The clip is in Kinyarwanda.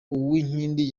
uwinkindi